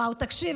וואו, תקשיב.